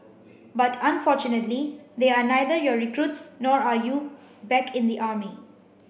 but unfortunately they are neither your recruits nor are you back in the army